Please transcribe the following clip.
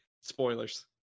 Spoilers